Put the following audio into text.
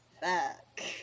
back